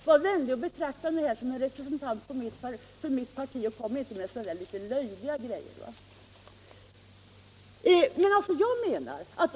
Var vänlig och betrakta mig som en representant för mitt parti och kom inte med sådana lite löjliga grejor!